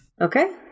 Okay